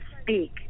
speak